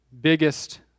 biggest